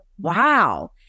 wow